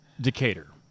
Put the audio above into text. Decatur